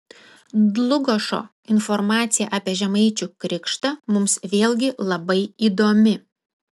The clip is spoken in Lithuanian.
dlugošo informacija apie žemaičių krikštą mums vėlgi labai įdomi